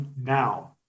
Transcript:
now